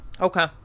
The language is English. Okay